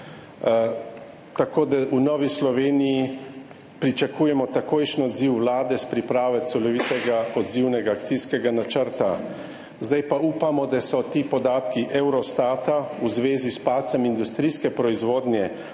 tako da v Novi Sloveniji pričakujemo takojšen odziv vlade s pripravo celovitega odzivnega akcijskega načrta. Upamo, da so ti podatki Eurostata v zvezi s padcem industrijske proizvodnje,